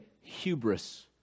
Hubris